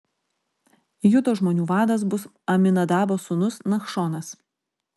judo žmonių vadas bus aminadabo sūnus nachšonas